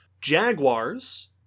Jaguars